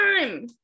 time